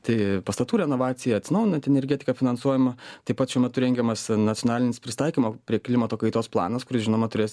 tai pastatų renovacija atsinaujinanti energetika finansuojama taip pat šiuo metu rengiamas nacionalinis prisitaikymo prie klimato kaitos planas kuris žinoma turės